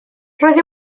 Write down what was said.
roedd